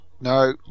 No